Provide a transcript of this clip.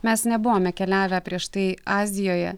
mes nebuvome keliavę prieš tai azijoje